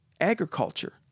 agriculture